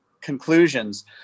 conclusions